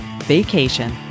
vacation